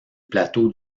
plateau